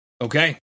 Okay